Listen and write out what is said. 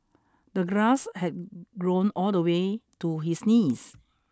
the grass had grown all the way to his knees